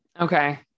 Okay